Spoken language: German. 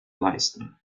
leisten